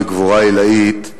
בגבורה עילאית,